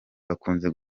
bakunze